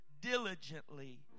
diligently